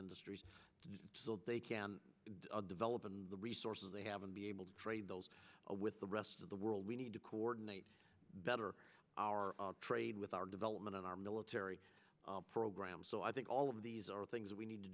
industries they can develop and the resources they have and be able to trade those with the rest of the world we need to coordinate better our trade with our development and our military programs so i think all of these are things we need to